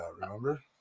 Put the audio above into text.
Remember